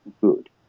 good